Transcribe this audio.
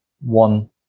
one